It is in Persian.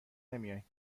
نمیایم